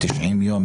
90 יום,